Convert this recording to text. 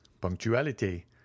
Punctuality